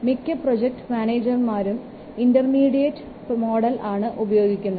മിക്ക പ്രോജക്ട് മാനേജർമാരും intermediate model ആണ് ഉപയോഗിക്കുന്നത്